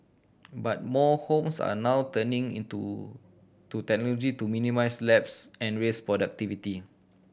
but more homes are now turning into to technology to minimise lapses and raise productivity